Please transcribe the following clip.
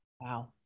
wow